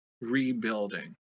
rebuilding